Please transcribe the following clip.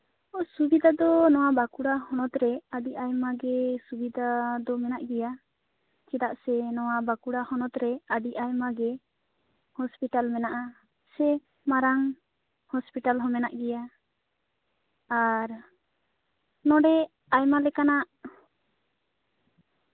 ᱥᱩᱵᱤᱛᱟ ᱫᱚ ᱱᱚᱣᱟ ᱵᱟᱸᱠᱩᱲᱟ ᱦᱚᱱᱚᱛ ᱨᱮ ᱟ ᱰᱤ ᱟᱭᱢᱟ ᱜᱮ ᱥᱩᱵᱤᱛᱟ ᱫᱚ ᱢᱮᱱᱟᱜ ᱜᱮᱭᱟ ᱪᱮᱫᱟᱜ ᱥᱮ ᱱᱚᱣᱟ ᱵᱟᱸᱠᱩᱲᱟ ᱦᱚᱱᱚᱛ ᱨᱮ ᱟ ᱰᱤ ᱟᱭᱢᱟ ᱜᱮ ᱦᱚᱥᱯᱤᱴᱟᱞ ᱦᱮᱱᱟᱜᱼᱟ ᱥᱮ ᱢᱟᱨᱟᱝ ᱦᱚᱥᱯᱤᱴᱟᱞ ᱦᱚᱸ ᱢᱮᱱᱟᱜ ᱜᱮᱭᱟ ᱟᱨ ᱱᱚᱸᱰᱮ ᱟᱭᱢᱟ ᱞᱮᱠᱟᱱᱟᱜ